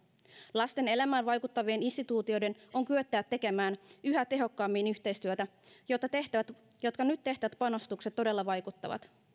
lasten elämään vaikuttavien instituutioiden on kyettävä tekemään yhä tehokkaammin yhteistyötä jotta nyt tehtävät panostukset todella vaikuttavat